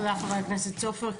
תודה חבר הכנסת סופר.